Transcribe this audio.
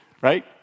Right